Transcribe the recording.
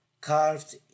Carved